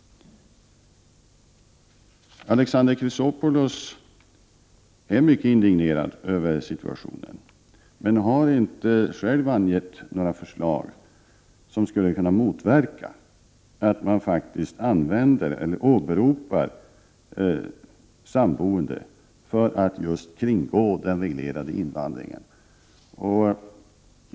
Alexander Chrisopoulos är mycket indignerad över situationen, men han harinte själv angett några förslag till åtgärder, som skulle kunna motverka att man faktiskt använder eller åberopar samboende för att kringgå den reglerade invandringen.